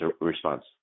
response